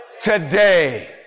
Today